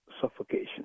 suffocation